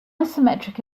isometric